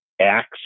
acts